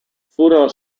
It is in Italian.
furono